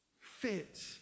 fit